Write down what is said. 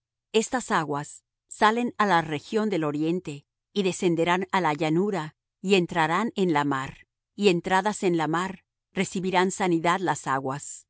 estas aguas salen á la región del oriente y descenderán á la llanura y entrarán en la mar y entradas en la mar recibirán sanidad las aguas